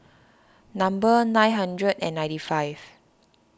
number nine hundred and ninety five